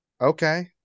Okay